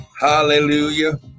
Hallelujah